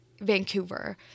Vancouver